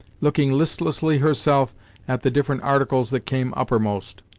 looking listlessly herself at the different articles that came uppermost.